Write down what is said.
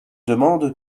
demande